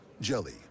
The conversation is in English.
Jelly